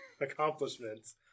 accomplishments